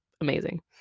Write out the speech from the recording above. amazing